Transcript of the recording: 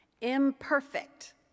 imperfect